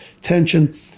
tension